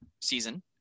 season